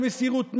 במסירות נפש,